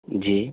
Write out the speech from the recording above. جی